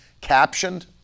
captioned